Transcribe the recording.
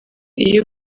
iyo